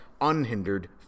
unhindered